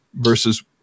versus